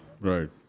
Right